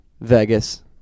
Vegas